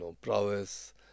prowess